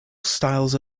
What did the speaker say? styles